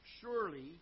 surely